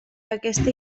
aquesta